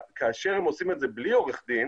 כאשר הם עושים את זה בלי עורך דין